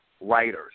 writers